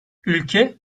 ülke